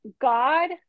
God